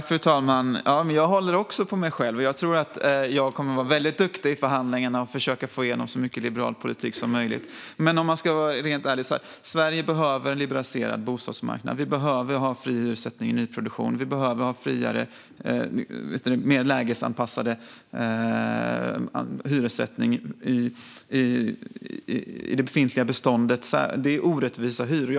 Fru talman! Jag håller också på mig själv. Jag tror att jag kommer att vara väldigt duktig i förhandlingarna och ska försöka få igenom så mycket liberal politik som möjligt. Sverige behöver en liberaliserad bostadsmarknad. Vi behöver ha fri hyressättning i nyproduktion. Vi behöver också ha friare och mer lägesanpassad hyressättning i det befintliga beståndet. Det är orättvisa hyror.